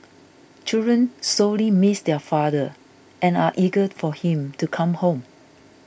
children sorely miss their father and are eager for him to come home